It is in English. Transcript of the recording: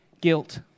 guilt